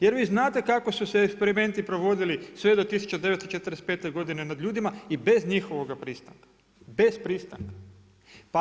Jer vi znate kako su se eksperimenti provodili sve do 1945. godine nad ljudima i bez njihovoga pristanka, bez pristanka, bez pristanka.